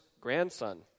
grandson